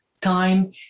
time